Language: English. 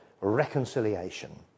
reconciliation